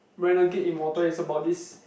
Renegade Immortal is about this